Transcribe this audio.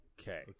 Okay